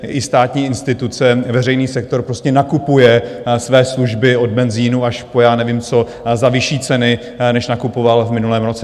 I státní instituce, veřejný sektor, nakupuje své služby od benzinu až po já nevím co za vyšší ceny, než nakupoval v minulém roce.